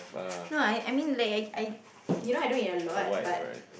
no I I mean like I I you know I do it a lot but